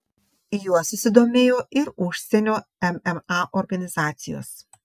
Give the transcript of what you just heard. juo susidomėjo ir užsienio mma organizacijos